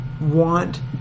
want